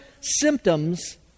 symptoms